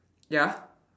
ya